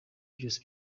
byose